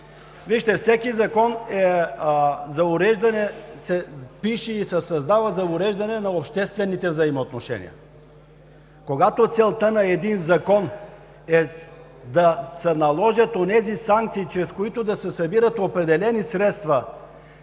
Всеки закон се пише и се създава за уреждане на обществените взаимоотношения. Когато целта на един закон е да се наложат санкции, чрез които да се събират определени средства,